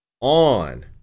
on